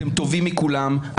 אתם טובים מכולם,